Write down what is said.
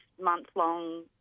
month-long